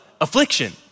Affliction